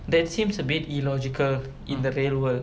that seems a bit illogical in the real world